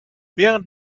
während